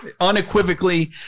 unequivocally